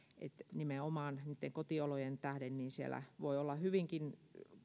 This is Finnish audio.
nimenomaan niitten kotiolojen tähden siellä voi olla hyvinkin